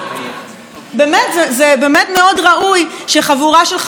זה באמת מאוד ראוי שחבורה של חשודים בשחיתות,